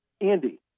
Andy